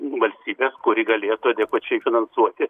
valstybės kuri galėtų adekvačiai finansuoti